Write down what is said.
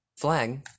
Flag